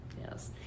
Yes